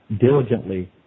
diligently